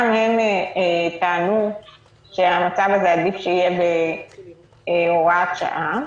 גם הם טענו שהמצב הזה, עדיף שיהיה בהוראת שעה.